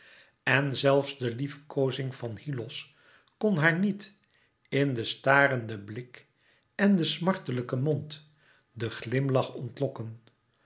en zelfs de liefkoozing van hyllos kon haar niet in den starenden blik en den smartelijken mond den glimlach ontlokken